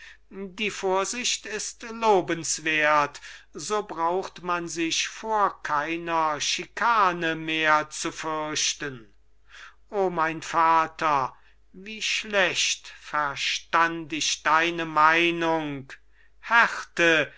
die vorsicht ist lobenswert so braucht man sich vor keiner schikane mehr zu fürchten o mein vater wie schlecht verstand ich deine meinung härte